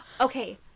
Okay